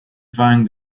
find